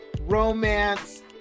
romance